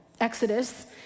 Exodus